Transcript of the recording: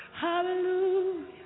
hallelujah